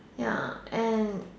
ya and